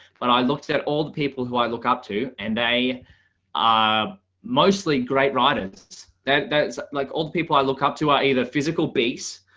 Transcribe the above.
but i looked at all the people who i look up to, and they are mostly great writers that's like old people i look up to are either physical base,